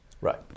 Right